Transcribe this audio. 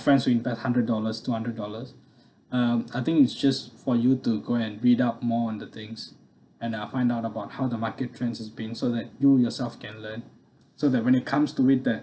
friends who invest hundred dollars two hundred dollars um I think it's just for you to go and read up more on the things and ah find out about how the market trends has been so that you yourself can learn so that when it comes to meet that